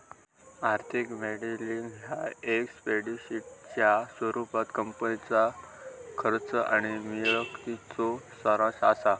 आर्थिक मॉडेलिंग ह्या एक स्प्रेडशीटच्या स्वरूपात कंपनीच्या खर्च आणि मिळकतीचो सारांश असा